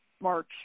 March